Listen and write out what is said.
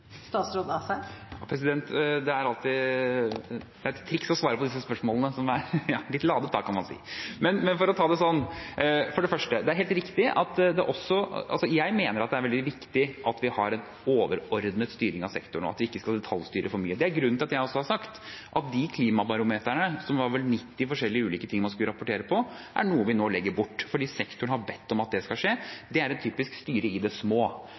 Det er et triks å svare på disse spørsmålene, som er litt ladede, kan man si. Men for å ta dem: For det første mener jeg at det er veldig viktig at vi har en overordnet styring av sektoren, og at vi ikke skal detaljstyre for mye. Det er grunnen til at jeg har sagt at de klimabarometrene, det var vel 90 forskjellige ting man skulle rapportere på, er noe vi nå legger bort fordi sektoren har bedt om at det skal skje – det er typisk å styre i det små.